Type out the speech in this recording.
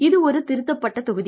இது ஒரு திருத்தப்பட்ட தொகுதி